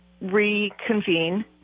reconvene